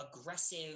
aggressive